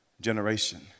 generation